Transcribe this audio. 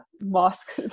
mosque